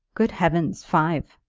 good heavens five!